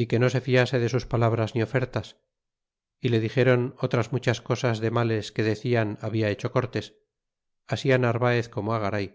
y que no se fiase de sus palabras ni ofertas y le dixéron otras muchas cosas de males que decian habla hecho cortés así narvaez como garay